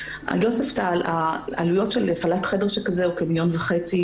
ביוספטל העלויות של הפעלת חדר שכזה הוא כ-1.5 מיליון שקל,